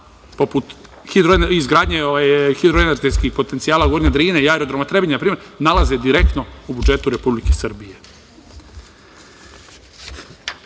poput izgradnje „Hidroenergetskih potencijala Gornja Drina“ i „Aerodroma Trebinje“, nalaze direktno u budžetu Republike Srbije. Kako